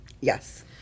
Yes